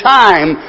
time